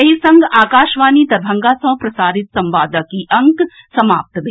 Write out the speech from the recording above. एहि संग आकाशवाणी दरभंगा सँ प्रसारित संवादक ई अंक समाप्त भेल